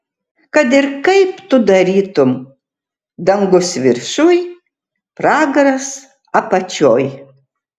kad ir kaip tu darytum dangus viršuj pragaras apačioj